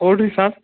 କୋଉଠିକି ସାର୍